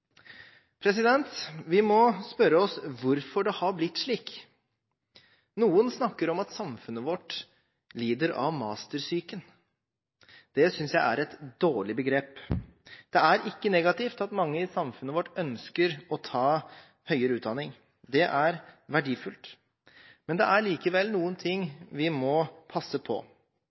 Vi må spørre oss om hvorfor det har blitt slik. Noen snakker om at samfunnet vårt lider av «mastersyken». Det synes jeg er et dårlig begrep. Det er ikke negativt at mange i samfunnet vårt ønsker å ta høyere utdanning. Det er verdifullt. Men det er likevel noen ting vi må passe på.